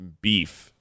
beef